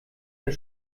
herr